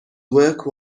work